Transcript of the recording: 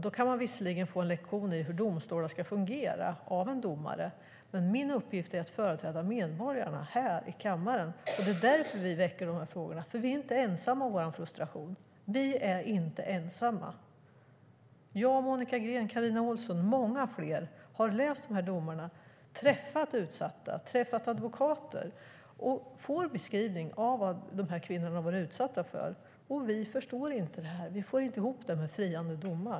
Då kan man visserligen få en lektion av en domare i hur domstolarna ska fungera, men min uppgift är att företräda medborgarna här i riksdagen. Det är därför vi väcker de här frågorna. Vi är inte ensamma om vår frustration. Vi är inte ensamma! Jag, Monica Green, Carina Ohlsson och många fler har läst domar, träffat utsatta, träffat advokater och fått beskrivning av vad de här kvinnorna har varit utsatta för. Vi förstår inte, vi får inte ihop det här med friande domar.